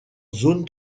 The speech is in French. zone